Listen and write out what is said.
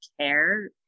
care